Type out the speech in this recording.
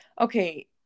okay